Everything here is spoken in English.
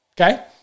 okay